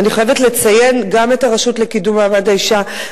ואני חייבת לציין גם את הרשות לקידום מעמד האשה,